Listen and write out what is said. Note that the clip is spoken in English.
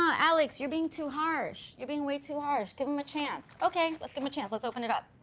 um alex, you're being too harsh. you're being way too harsh. give him a chance. okay, let's give him a chance. let's open it up.